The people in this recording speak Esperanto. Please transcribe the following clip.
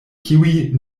kiuj